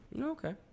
Okay